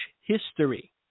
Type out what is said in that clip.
history